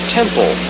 temple